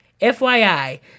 FYI